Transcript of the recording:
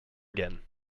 again